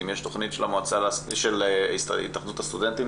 אם יש תוכנית של התאחדות הסטודנטים,